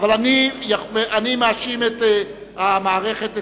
אבל אני מאשים את המערכת אצלי.